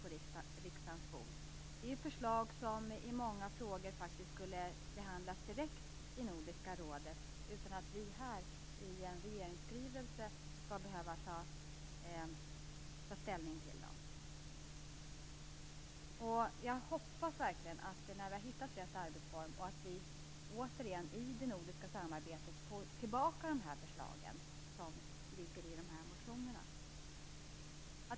Det är förslag som i många fall skulle behandlas direkt i Nordiska rådet utan att vi här på grund av en regeringsskrivelse skall behöva ta ställning dem. Jag hoppas verkligen att när vi har hittat rätt arbetsform återigen i det nordiska samarbetet får tillbaka förslagen som nu finns i motionerna.